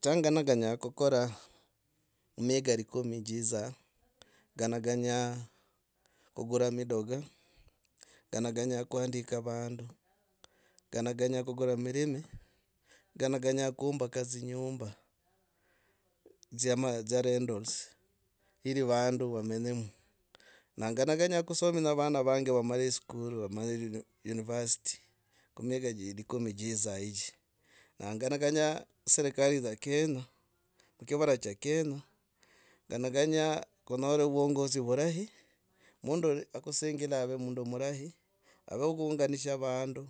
Changanakanya kukora mihiga likumi chidza, nganakanya kugura midoga, nganakanya kuandika vandu, nganakanya kugura mirimi, nganakanya kuumbaga dzinyumba dzya ma dzya rentalo ye vandu vamenyemo. Na nganakanya kusominya vana vange vamare iskuru, varame university kumika chindi kumi chidza hichi. nganakanya sirikali zo kenya mukivara cha kenya inganakanya kunyora vuongozi vurahi, mundu akusingila ave mundu murahi ave wokoungansha vandu.